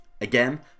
Again